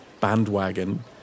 bandwagon